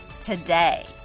today